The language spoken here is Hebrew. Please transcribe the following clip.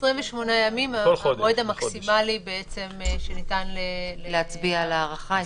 28 ימים זה המועד המקסימלי שניתן להצביע על הארכה.